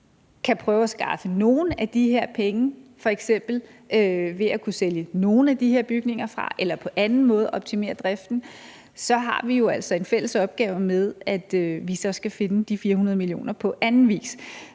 kan prøve at skaffe nogle af de her penge f.eks. ved at sælge nogle af de her bygninger fra eller på anden måde optimere driften, har vi jo altså en fælles opgave med, at vi så skal finde de 400 mio. kr. på anden vis.